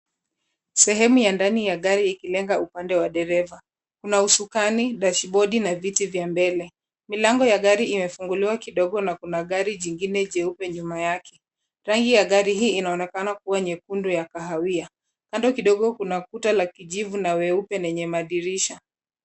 Sehemu ya ndani ya gari ikilenga upande wa dereva. Kuna husukani, dashibodi na viti vya mbele. Milango ya gari imefunguliwa kidogo na kuna gari jingine jeupe nyuma yake. Rangi ya gari hii inaonekana kuwa nyekundu ya kahawia. Kando kidogo kuna kuta la kijivu na weupe lenye madirisha.